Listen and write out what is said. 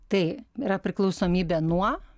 tai yra priklausomybė nuo